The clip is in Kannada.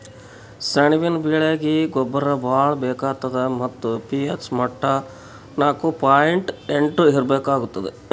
ಸೆಣಬಿನ ಬೆಳೀಗಿ ಗೊಬ್ಬರ ಭಾಳ್ ಬೇಕಾತದ್ ಮತ್ತ್ ಪಿ.ಹೆಚ್ ಮಟ್ಟಾ ನಾಕು ಪಾಯಿಂಟ್ ಎಂಟು ಇರ್ಬೇಕಾಗ್ತದ